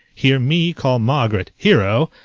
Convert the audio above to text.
hear me call margaret hero,